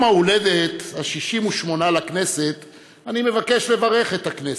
ביום ההולדת ה-68 לכנסת אני מבקש לברך את הכנסת,